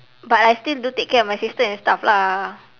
but I still do take care of my sister and stuff lah